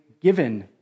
given